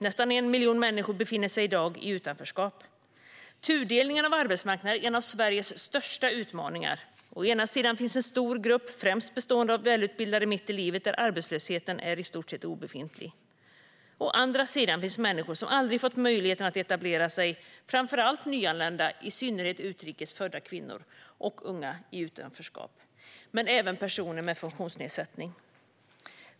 Nästan 1 miljon människor befinner sig i dag i utanförskap. Tudelningen av arbetsmarknaden är en av Sveriges största utmaningar. Å ena sidan finns det en stor grupp, främst bestående av välutbildade mitt i livet, där arbetslösheten är i stort sett obefintlig. Å andra sidan finns det människor som aldrig fått möjligheten att etablera sig, framför allt nyanlända - i synnerhet utrikes födda kvinnor och unga i utanförskap - men här finns även personer med funktionsnedsättning.